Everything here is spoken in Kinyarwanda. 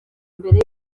mbere